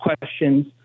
questions